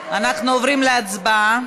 אנחנו עוברים להצבעה.